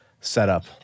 setup